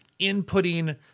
inputting